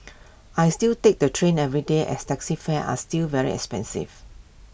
I still take the train every day as taxi fares are still very expensive